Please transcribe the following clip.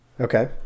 Okay